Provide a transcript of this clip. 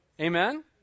Amen